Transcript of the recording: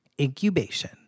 incubation